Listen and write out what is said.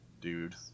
dude